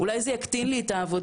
אולי זה יקטין לי את העבודה.